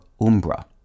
umbra